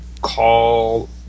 call